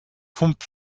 pump